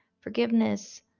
Forgiveness